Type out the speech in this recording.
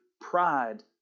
pride